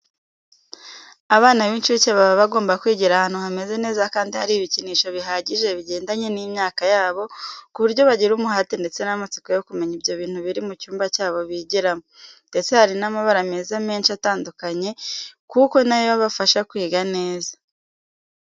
Abana b'incuke baba bagomba kwigira ahantu hameze neza kandi hari ibikinisho bihagije bigendanye n'imyaka yabo ku buryo bagira umuhate ndetse n'amatsiko yo kumenya ibyo bintu biri mu cyumba cyabo bigioramo, ndetse hari n'amabara meza menshi atandukanye kuko na yo abafasha kwiga neza.